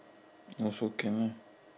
also can lah